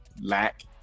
Lack